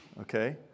okay